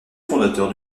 fondateur